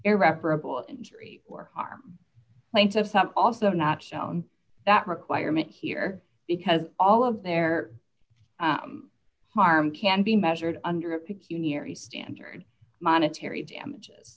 irreparable injury or harm myself have also not shown that requirement here because all of their harm can be measured under a peculiarity standard monetary damages